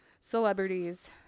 celebrities